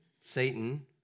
Satan